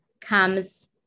comes